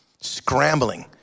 scrambling